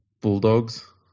Bulldogs